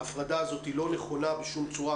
ההפרדה הזו לא נכונה בשום צורה,